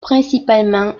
principalement